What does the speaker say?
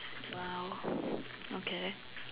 !wow! okay